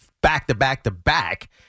Back-to-back-to-back